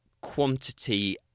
quantity